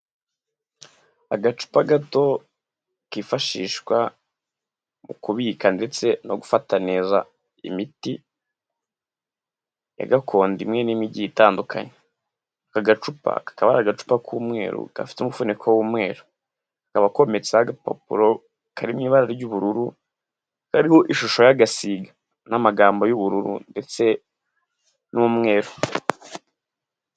Agacupa gato kifashishwa mu kubika ndetse no gufata neza imiti ya gakondo imwe n'imwe igiye itandukanye. Aka gacupa kakaba ari agacupa k'umweru gafite umufuniko w'umweru, kakaba kometseho agapapuro karimo ibara ry'ubururu, kariho ishusho y'agasiga n'amagambo y'ubururu ndetse n'umweru.